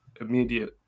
immediate